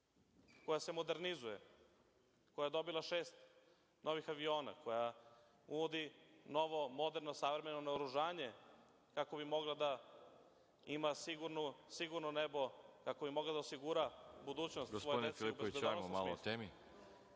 koja se modernizuje, koja je dobila šest novih aviona, koja uvodi novo moderno, savremeno naoružanje, kako bi mogla da ima sigurno nebo, kako bi mogla da osigura budućnost … **Veroljub